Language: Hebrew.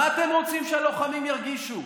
מה אתם רוצים שהלוחמים ירגישו?